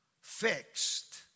fixed